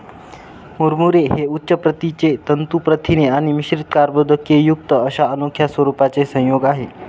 मुरमुरे हे उच्च प्रतीचे तंतू प्रथिने आणि मिश्रित कर्बोदकेयुक्त अशा अनोख्या स्वरूपाचे संयोग आहे